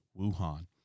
Wuhan